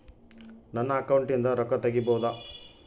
ನನ್ನ ಅಕೌಂಟಿಂದ ರೊಕ್ಕ ತಗಿಬಹುದಾ?